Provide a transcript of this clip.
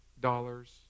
dollars